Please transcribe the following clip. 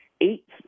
eight